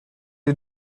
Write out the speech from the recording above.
you